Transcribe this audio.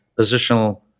positional